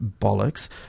bollocks